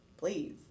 Please